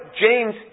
James